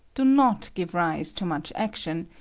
do not give rise to much action,